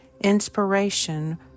inspiration